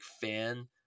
fan